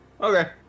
Okay